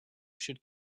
should